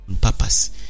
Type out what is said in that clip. purpose